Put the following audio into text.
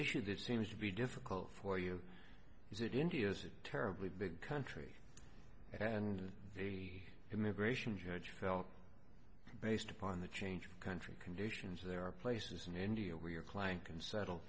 issue that seems to be difficult for you is that india's a terribly big country and the immigration judge felt based upon the change of country conditions there are places in india where your client can settle